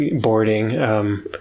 boarding